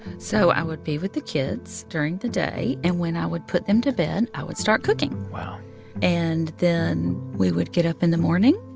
so i would be with the kids during the day. and when i would put them to bed, i would start cooking wow and then we would get up in the morning.